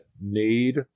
need